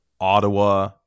ottawa